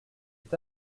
est